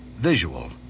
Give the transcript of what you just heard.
visual